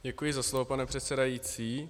Děkuji za slovo, pane předsedající.